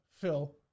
Phil